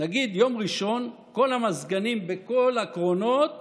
כל המזגנים בכל הקרונות